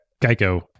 Geico